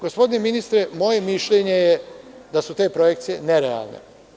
Gospodine ministre, moje mišljenje je da su te projekcije nerealne.